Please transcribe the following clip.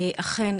אכן,